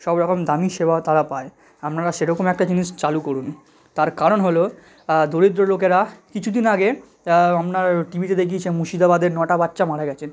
সব রকম দামি সেবা তারা পায় আপনারা সেরকম একটা জিনিস চালু করুন তার কারণ হলো দরিদ্র লোকেরা কিছু দিন আগে আপনার টি ভিতে দেখিয়েছে মুর্শিদাবাদের নটা বাচ্চা মারা গেছে